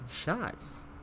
Shots